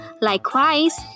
Likewise